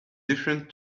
different